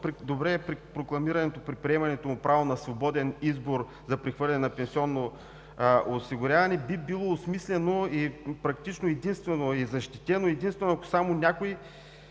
добре прокламирането при приемането право на свободен избор за прехвърляне на пенсионно осигуряване би било осмислено, практично и защитено единствено само, ако никой